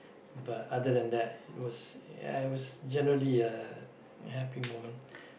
but other than that it was ya it was generally a happy moment